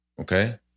Okay